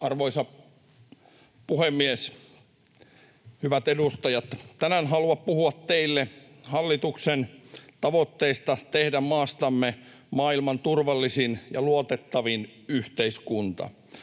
Arvoisa puhemies! Hyvät edustajat! Tänään haluan puhua teille hallituksen tavoitteista tehdä maastamme maailman turvallisin ja luotettavin yhteiskunta.